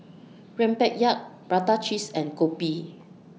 Rempeyek Prata Cheese and Kopi